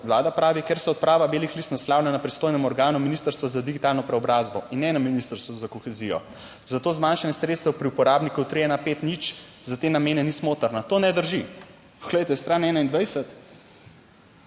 Vlada pravi, ker se odprava belih lis naslavlja na pristojnem organu Ministrstva za digitalno preobrazbo in ne na Ministrstvu za kohezijo. Zato zmanjšanje sredstev pri uporabniku 3150 za te namene ni smotrno. To ne drži. Glejte stran 21.